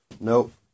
nope